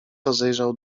rozejrzał